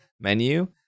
menu